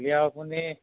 এতিয়া আপুনি